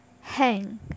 Hang